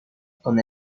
con